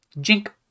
Jink